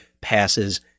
passes